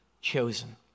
chosen